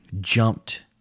jumped